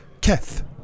Keth